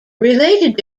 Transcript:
related